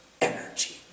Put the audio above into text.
energy